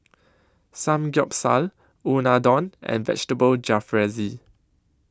Samgeyopsal Unadon and Vegetable Jalfrezi